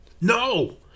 No